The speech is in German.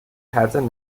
herzen